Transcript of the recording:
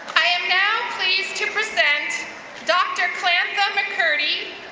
i am now pleased to present dr. clantha mccurdy,